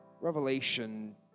Revelation